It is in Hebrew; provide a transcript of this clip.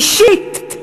אישית,